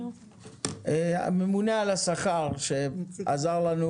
נציג הממונה על השכר שעזר לנו